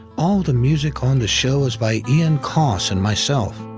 all the music on the show is by ian coss and myself.